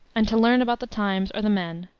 and to learn about the times or the men.